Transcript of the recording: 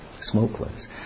smokeless